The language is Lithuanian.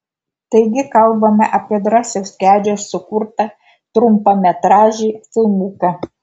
taigi kalbame apie drąsiaus kedžio sukurtą trumpametražį filmuką